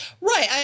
right